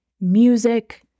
music